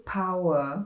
power